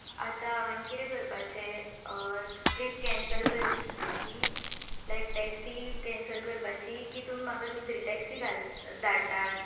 आतां हांवेन कितें करपाचें ट्रीप कॅन्सल करपाची लायक टॅक्सी कॅन्सल करपाची की तुमी म्हाका दुसरी टॅक्सी घाल धाडटात